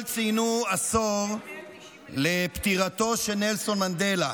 ציינו עשור לפטירתו של נלסון מנדלה,